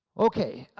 okay,